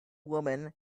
woman